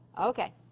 Okay